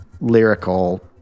lyrical